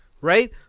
Right